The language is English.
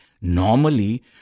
normally